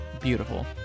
beautiful